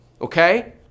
okay